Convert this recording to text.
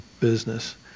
business